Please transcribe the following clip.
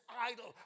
idle